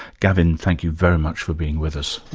gavin, thank you very much for being with us.